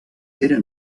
era